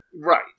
Right